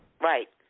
Right